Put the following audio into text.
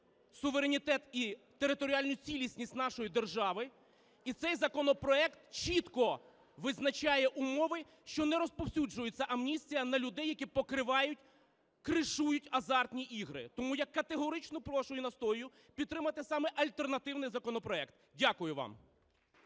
суверенітет і територіальну цілісність нашої держави. І цей законопроект чітко визначає умови, що не розповсюджується амністія на людей, які покривають, кришують азартні ігри. Тому я категорично прошу і настоюю підтримати саме альтернативний законопроект. Дякую вам.